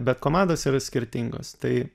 bet komandos yra skirtingos tai